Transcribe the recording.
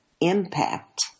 Impact